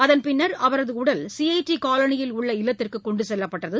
அதன்பின்னர் அவரது உடல் சிறடி காலனியில் உள்ள இல்லத்திற்கு கொண்டு செல்லப்பட்டது